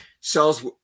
cells